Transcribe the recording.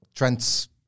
Trent's